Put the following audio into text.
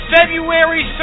February